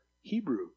Hebrew